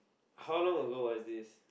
how long ago was this